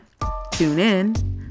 TuneIn